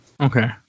Okay